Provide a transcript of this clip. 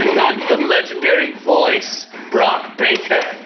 got the legendary voice, brock baker.